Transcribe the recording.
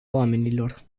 oamenilor